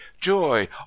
Joy